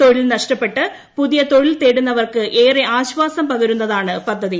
തൊഴിൽ നഷ്ടപ്പെട്ട് പുതിയ തൊഴിൽ തേടുന്നവർക്ക് ഏറെ ആശ്വാസം പകരുന്നതാണ് പദ്ധതി